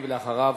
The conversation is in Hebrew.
ואחריו,